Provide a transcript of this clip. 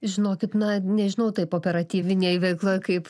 žinokit na nežinau taip operatyvinėj veikloj kaip